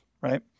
right